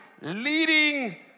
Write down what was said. leading